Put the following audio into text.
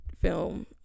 film